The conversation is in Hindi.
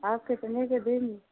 और कितने के देंगे